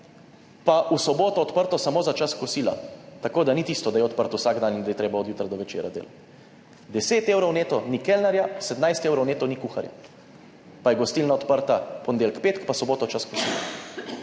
pa v soboto odprto samo za čas kosila. Tako da ni tisto, da je odprto vsak dan in da je treba od jutra do večera delati. Za 10 evrov neto ni kelnarja, za 17 evrov neto ni kuharja, pa je gostilna odprta v ponedeljek, petek pa soboto čas kosila,